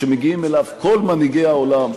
שמגיעים אליו כל מנהיגי העולם,